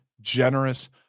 generous